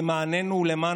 נו נו לפני